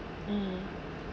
mm